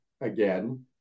again